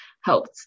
helped